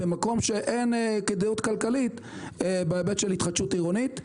במקום שאין כדאיות כלכלית בהיבט של התחדשות עירונית.